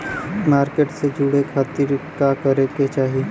Market से जुड़े खाती का करे के चाही?